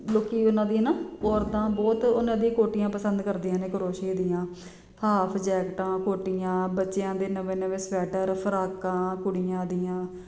ਲੋਕ ਉਨ੍ਹਾਂ ਦੀਆਂ ਨਾ ਔਰਤਾਂ ਬਹੁਤ ਉਨ੍ਹਾਂ ਦੀ ਕੋਟੀਆਂ ਪਸੰਦ ਕਰਦੀਆਂ ਨੇ ਕਰੋਸ਼ੀਏ ਦੀਆਂ ਹਾਫ ਜੈਕਟਾਂ ਕੋਟੀਆਂ ਬੱਚਿਆਂ ਦੇ ਨਵੇਂ ਨਵੇਂ ਸਵੈਟਰ ਫਰਾਕਾਂ ਕੁੜੀਆਂ ਦੀਆਂ